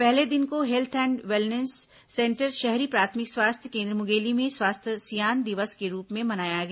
पहले दिन को हेल्थ एंड वेलनेंस सेंटर शहरी प्राथमिक स्वास्थ्य केन्द्र मुंगेली में स्वास्थ्य सियान दिवस के रूप में मनाया गया